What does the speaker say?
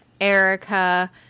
Erica